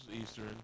Eastern